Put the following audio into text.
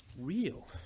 real